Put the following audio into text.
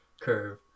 curve